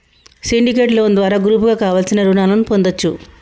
syndicate loan ద్వారా గ్రూపుగా కావలసిన రుణాలను పొందచ్చు